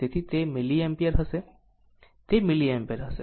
તેથી તે મિલિએમ્પિયર હશે તે મિલિએમ્પિયર હશે